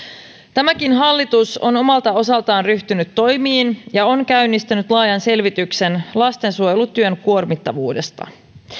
tämäkin hallitus on omalta osaltaan ryhtynyt toimiin ja on käynnistänyt laajan selvityksen lastensuojelutyön kuormittavuudesta